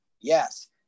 Yes